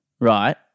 right